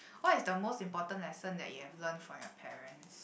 what is the most important lesson that you have learnt from your parents